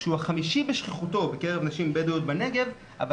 שהוא החמישי בשכיחותו בקרב נשים בדואיות בנגב אבל